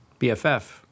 BFF